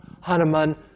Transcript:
Hanuman